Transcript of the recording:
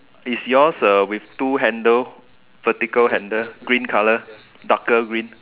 is yours uh with two handle vertical handle green colour darker green